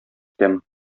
итәм